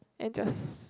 and just